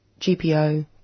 GPO